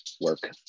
work